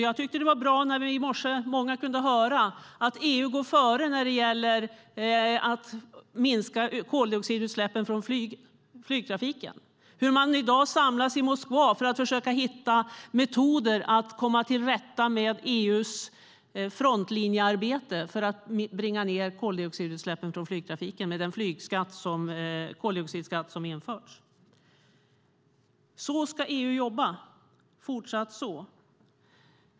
Jag tyckte att det var bra att många i morse kunde höra att EU går före när det gäller att minska koldioxidutsläppen från flygtrafiken. I dag samlas man i Moskva för att försöka hitta metoder för att komma till rätta med EU:s frontlinjearbete för att bringa ned koldioxidutsläppen från flygtrafiken med den koldioxidskatt som införs. Så ska EU fortsatt jobba.